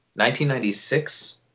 1996